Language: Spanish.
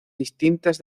distintas